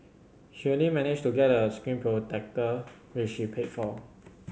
she only managed to get a screen protector which she paid for